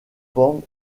formes